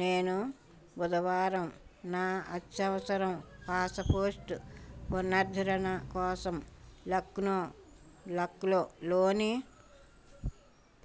నేను బుధవారం నా అత్యవసరం పాసపోస్టు పునరుద్దరణ కోసం లక్నో లక్లో లోని